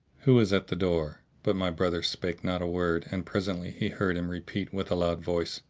who is at the door? but my brother spake not a word and presently he heard him repeat with a loud voice,